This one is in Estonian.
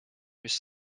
mis